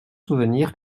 souvenirs